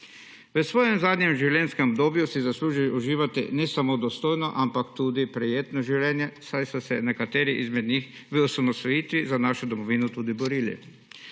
V svojem zadnjem življenjskem obdobju si zaslužijo uživati ne samo dostojno, ampak tudi prijetno življenje, saj so se nekateri izmed njih v osamosvojitvi za našo domovino tudi borili.